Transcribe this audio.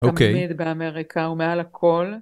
באמריקה ומעל הכל.